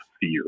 fear